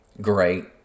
great